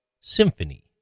symphony